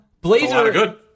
Blazer